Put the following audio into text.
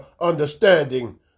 understanding